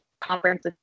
conference